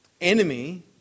enemy